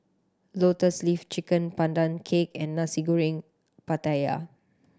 Lotus Leaf Chicken Pandan Cake and Nasi Goreng Pattaya